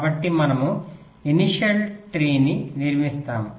కాబట్టి మనము ఇనిషియల్స్ ట్రీని నిర్మిస్తాము